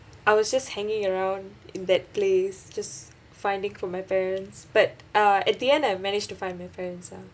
I was just hanging around in that place just finding for my parents but uh at the end I managed to find my parents ah